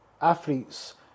athletes